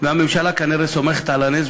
והממשלה כנראה סומכת על הנס,